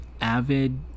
avid